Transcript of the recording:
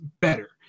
better